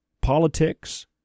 politics